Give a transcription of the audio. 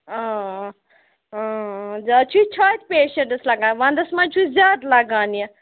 آ آ زیادٕ چھُ یہِ چھاتہِ پیشَنٛٹَس لَگان وَنٛدَس منٛز چھُ زیادٕ لَگان یہِ